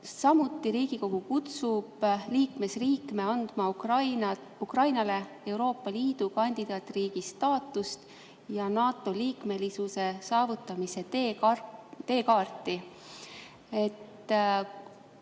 kutsub Riigikogu liikmesriike andma Ukrainale Euroopa Liidu kandidaatriigi staatust ja NATO liikmelisuse saavutamise teekaarti.